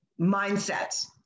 mindsets